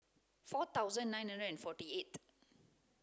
four thousand nine hundred and forty eighth